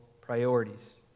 priorities